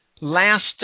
last